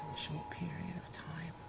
short period of time